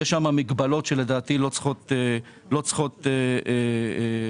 יש שם מגבלות שלדעתי לא צריכות להיקבע.